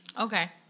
Okay